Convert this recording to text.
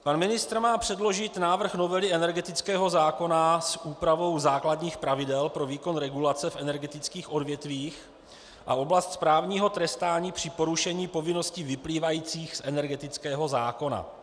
Pan ministr má předložit návrh novely energetického zákona s úpravou základních pravidel pro výkon regulace v energetických odvětvích a oblast správního trestání při porušení povinností vyplývajících z energetického zákona.